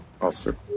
Officer